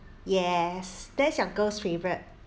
yes that's your girl's favourite